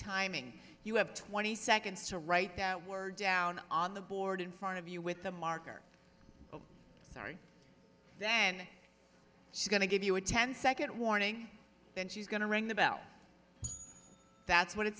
timing you have twenty seconds to write that word down on the board in front of you with a marker sorry then she's going to give you a ten second warning and she's going to ring the bell that's what it